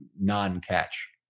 non-catch